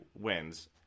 wins